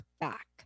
back